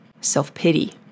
self-pity